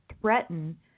threaten